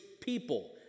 people